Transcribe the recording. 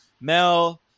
mel